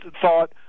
thought